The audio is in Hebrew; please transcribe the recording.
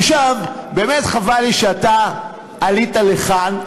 עכשיו, באמת חבל לי שאתה עלית לכאן,